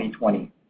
2020